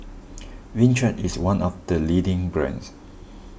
Vichy is one of the leading brands